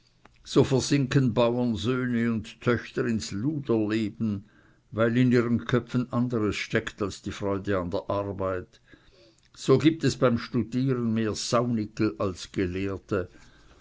so versinken bauernsöhne und töchter ins luderleben weil in ihren köpfen anderes steckt als freude an der arbeit so gibt es beim studieren mehr tagdiebe als gelehrte